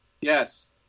Yes